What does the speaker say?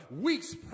weeks